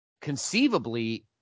conceivably